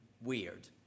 weird